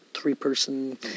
three-person